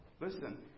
listen